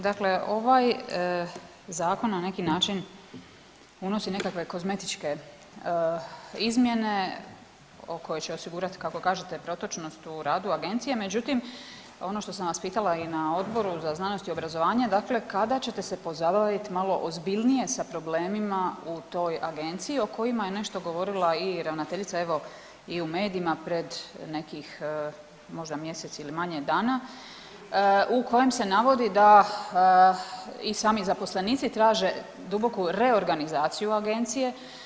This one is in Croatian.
Dakle, ovaj zakon na neki način unosi nekakve kozmetičke izmjene koje će osigurati kako kažete protočnost u radu agencije, međutim ono što sam vas pitala i na Odboru za znanost i obrazovanje, dakle kada ćete se pozabavit malo ozbiljnije sa problemima u toj agencija o kojima je nešto govorila i ravnateljica evo i u medijima pred nekih možda mjesec ili manje dana u kojem se navodi da i sami zaposlenici traže duboku reorganizaciju agencije?